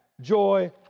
joy